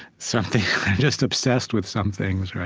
something i'm just obsessed with some things,